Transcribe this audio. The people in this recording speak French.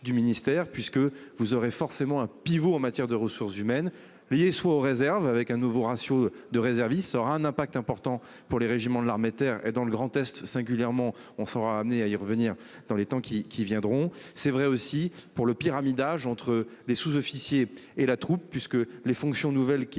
du ministère puisque vous aurez forcément un pivot en matière de ressources humaines liées soit aux réserves avec un nouveau ratio de réserves, il sera un impact important pour les régiments de l'armée de terre et dans le Grand-Est, singulièrement, on sera amené à y revenir dans les temps qui, qui viendront. C'est vrai aussi pour le pyramidal entre les sous-officiers et la troupe puisque les fonctions nouvelles qui